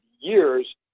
years